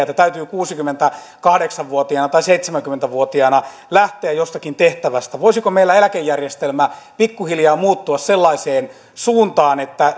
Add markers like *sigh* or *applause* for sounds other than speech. *unintelligible* että täytyy kuusikymmentäkahdeksan vuotiaana tai seitsemänkymmentä vuotiaana lähteä jostakin tehtävästä voisiko meillä eläkejärjestelmä pikkuhiljaa muuttua sellaiseen suuntaan että *unintelligible*